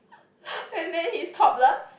and then he is topless